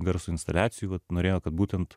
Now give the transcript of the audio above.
garso instaliacijų vat norėjo kad būtent